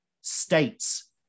States